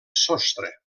sostre